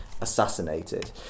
assassinated